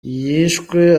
yishwe